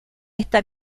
esta